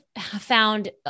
found